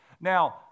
Now